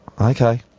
Okay